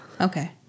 Okay